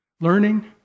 learning